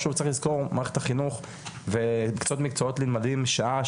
שוב צריך לזכור מערכת החינוך מקצות למקצועות הנלמדים שעה,